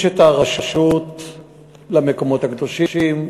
יש הרשות למקומות הקדושים,